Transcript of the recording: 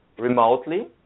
remotely